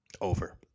Over